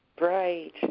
Right